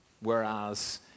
Whereas